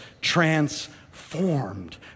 transformed